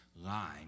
line